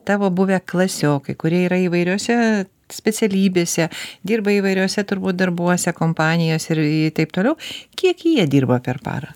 tavo buvę klasiokai kurie yra įvairiose specialybėse dirba įvairiuose turbūt darbuose kompanijose ir taip toliau kiek jie dirba per parą